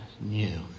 new